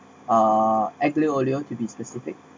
uh aglio olio to be specific